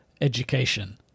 education